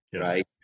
right